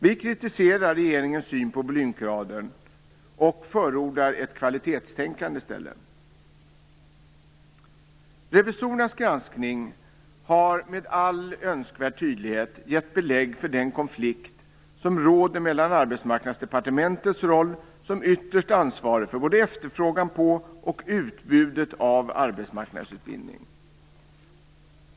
Vi kritiserar regeringens syn på volymkraven och förordar i stället ett kvalitetstänkande. Revisorernas granskning har med all önskvärd tydlighet gett belägg för den konflikt som råder mellan Arbetsmarknadsdepartementets roll som ytterst ansvarigt för både efterfrågan på och utbudet av arbetsmarknadsutbildning.